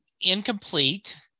incomplete